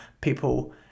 people